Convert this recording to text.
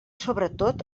sobretot